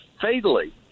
fatally